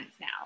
now